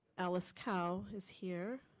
alice kau is here.